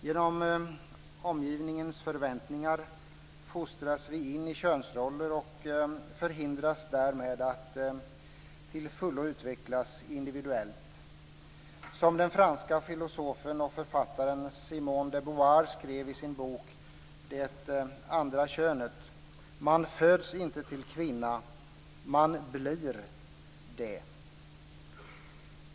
Genom omgivningens förväntningar fostras vi in i könsroller och förhindras därmed att till fullo utvecklas individuellt. Som den franska filosofen och författaren Simone de Beauvoir skrev i sin bok Det andra könet: "Man föds inte till kvinna, man blir det."